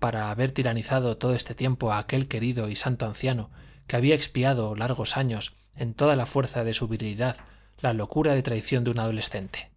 para haber tiranizado todo este tiempo a aquel querido y santo anciano que había expiado largos años en toda la fuerza de su virilidad la locura de traición de un adolescente